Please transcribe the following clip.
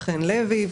חן לוי,